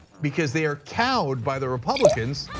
because they are cowed by the republicans,